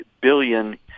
billion